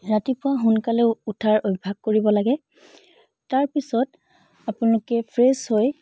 ৰাতিপুৱা সোনকালে উঠাৰ অভ্যাস কৰিব লাগে তাৰপিছত আপোনলোকে ফ্ৰেছ হৈ